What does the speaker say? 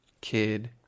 Kid